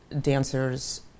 dancers